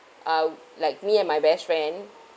uh like me and my best friend